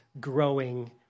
growing